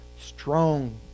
Strong